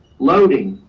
loading,